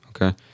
okay